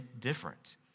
different